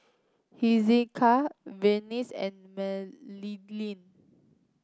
Hezekiah Vernies and Madilynn